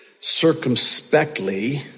circumspectly